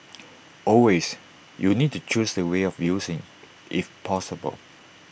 always you need to choose the way of using if possible